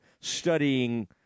studying